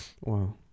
Wow